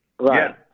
Right